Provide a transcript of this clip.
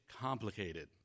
complicated